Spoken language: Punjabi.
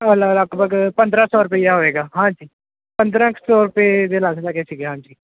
ਅਲ ਲਗਭਗ ਪੰਦਰਾਂ ਸੌ ਰੁਪਈਆ ਹੋਵੇਗਾ ਹਾਂਜੀ ਪੰਦਰਾਂ ਕੁ ਸੌ ਰੁਪਏ ਦੇ ਲਗਭਗ ਸੀਗਾ ਹਾਂਜੀ